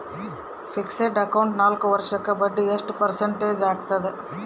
Fixed account ನಾಲ್ಕು ವರ್ಷಕ್ಕ ಬಡ್ಡಿ ಎಷ್ಟು ಪರ್ಸೆಂಟ್ ಆಗ್ತದ?